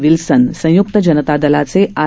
Wilson संय्क्त जनता दलाचे आर